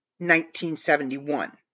1971